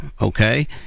okay